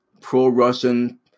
pro-Russian